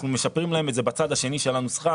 אנחנו משפרים להם את זה בצד השני של הנוסחה.